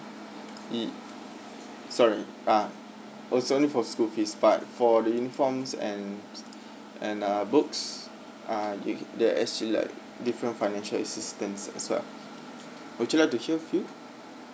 mm sorry ah oh sorry for school fees part for the uniforms and and uh books uh they they assist like different financial assistance as well would you like to hear a few